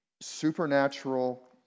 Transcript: supernatural